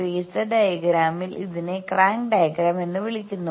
phasor ഡയഗ്രാമിൽ ഇതിനെ crank diagram എന്ന് വിളിക്കുന്നു